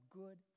good